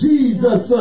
Jesus